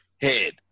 head